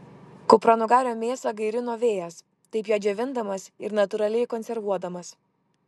kupranugario mėsą gairino vėjas taip ją džiovindamas ir natūraliai konservuodamas